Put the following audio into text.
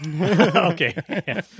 Okay